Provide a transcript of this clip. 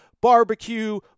barbecue